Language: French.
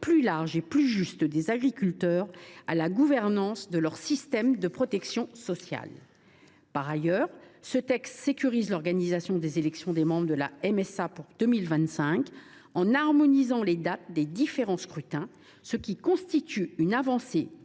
plus large et plus juste des agriculteurs à la gouvernance de leur système de protection sociale. Par ailleurs, ce texte sécurise l’organisation des élections des membres de la MSA pour 2025, en harmonisant les dates des différents scrutins, ce qui constitue une avancée